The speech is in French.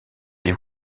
des